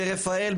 ברפאל,